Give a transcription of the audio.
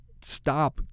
Stop